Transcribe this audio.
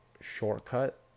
shortcut